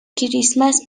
کریسمس